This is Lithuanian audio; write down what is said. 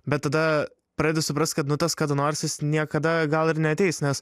bet tada pradedi suprast kad nu tas kada nors jis niekada gal ir neateis nes